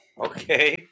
okay